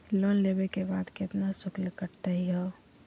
Loan लेवे के बाद केतना शुल्क कटतही हो?